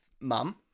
Mum